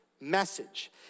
message